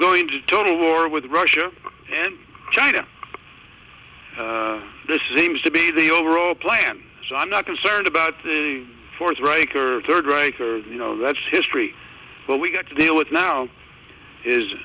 going to total war with russia and china this is aims to be the overall plan so i'm not concerned about the fourth reich or third reich or you know that's history but we got to deal with now is